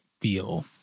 feel